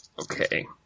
Okay